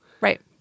Right